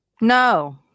No